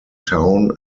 town